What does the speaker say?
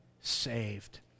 saved